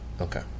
Okay